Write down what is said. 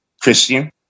christian